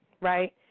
right